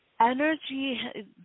energy